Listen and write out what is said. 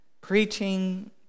preaching